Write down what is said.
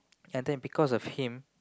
and then because of him